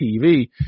TV